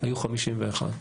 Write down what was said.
היו 51,